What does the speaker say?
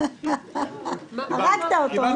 הרגת אותו.